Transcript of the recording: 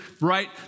right